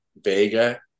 Vega